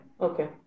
Okay